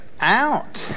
out